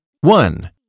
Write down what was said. One